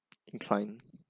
incline